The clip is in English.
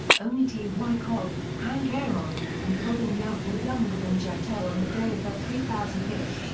only ty cobb, hank aaron, and robin yount were younger than jeter on the day of their three thousandth hit.